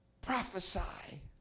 Prophesy